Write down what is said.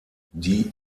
die